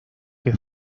que